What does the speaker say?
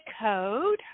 code